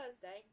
Thursday